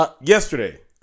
yesterday